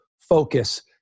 focus